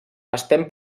estem